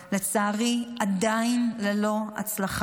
לצערי עדיין ללא הצלחה.